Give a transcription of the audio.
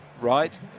right